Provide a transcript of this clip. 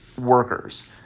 workers